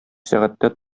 сәгатьтә